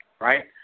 right